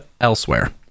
elsewhere